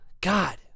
God